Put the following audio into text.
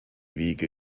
wiege